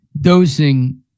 dosing